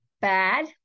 bad